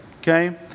okay